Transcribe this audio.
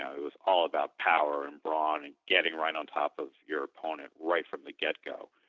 um it was all about power and brawn and getting right on top of your opponent right from the get go,